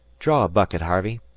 draw a bucket, harvey.